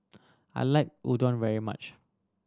I like Unadon very much